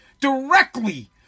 directly